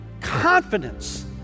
confidence